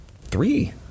three